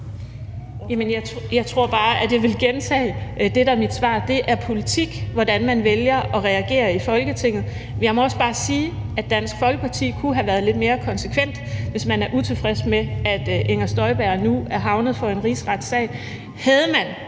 Jeg tror bare, jeg vil gentage det, der er mit svar: Det er politik, hvordan man vælger at reagere i Folketinget. Jeg må også bare sige, at Dansk Folkeparti kunne have været lidt mere konsekvente, hvis man er utilfreds med, at Inger Støjberg nu er havnet i en rigsretssag. Havde man